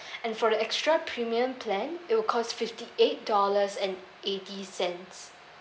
and for the extra premium plan it will cost fifty eight dollars and eighty cents